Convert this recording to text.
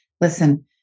Listen